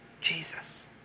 Jesus